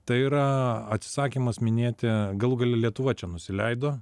tai yra atsisakymas minėti galų gale lietuva čia nusileido